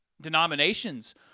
denominations